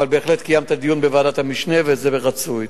אבל בהחלט, קיימת דיון בוועדת המשנה, וזה רצוי.